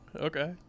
Okay